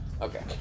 Okay